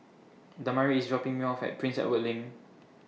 Damari IS dropping Me off At Prince Edward LINK